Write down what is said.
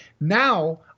Now